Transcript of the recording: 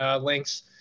links